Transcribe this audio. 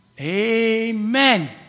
Amen